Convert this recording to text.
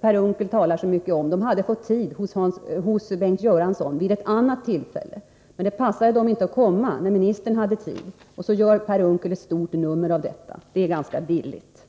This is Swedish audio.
Per Unckel talar så mycket om hade fått en tid för besök hos Bengt Göransson vid ett annat tillfälle. Men det passade dem inte att komma när skolministern hade tid. Av detta gör Per Unckel ett stort nummer. Det är ganska billigt.